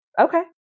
Okay